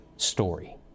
story